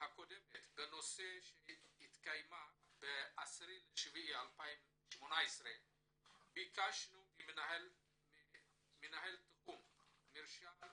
הקודמת שהתקיימה בנושא ב-10.7.2018 ביקשנו ממנהל תחום מרשם